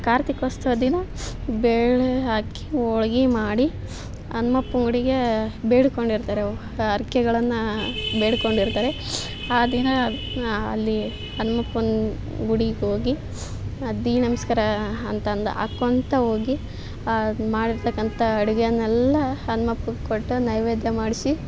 ಕಾರ್ತಿಕೋತ್ಸವದ ದಿನ ಬೇಳೆ ಹಾಕಿ ಹೋಳ್ಗಿ ಮಾಡಿ ಹನ್ಮಪ್ಪಂಗಡಿಗೆ ಬೇಡಿಕೊಂಡಿರ್ತಾರೆ ಅವ್ರು ಹರ್ಕೆಗಳನ್ನ ಬೇಡಿಕೊಂಡಿರ್ತಾರೆ ಆ ದಿನ ಅಲ್ಲಿ ಹನುಮಪ್ಪನ ಗುಡಿಗೆ ಹೋಗಿ ದೀನಮಸ್ಕಾರ ಅಂತಂದು ಹಾಕ್ಕೊಂತ ಹೋಗಿ ಆ ಮಾಡಿರತಕ್ಕಂಥ ಅಡುಗೆಯನ್ನೆಲ್ಲ ಹನ್ಮಪ್ಪಗೆ ಕೊಟ್ಟು ನೈವೇದ್ಯ ಮಾಡಿಸಿ